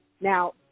Now